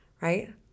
right